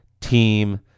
team